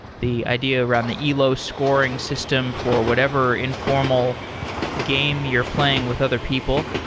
the idea around the elo scoring system for whatever information game you're playing with other people.